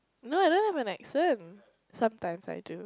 no I don't have an accent sometimes I do